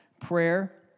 prayer